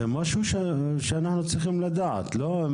זה משהו שאנחנו צריכים לדעת, לא?